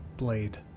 blade